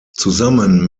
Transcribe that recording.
zusammen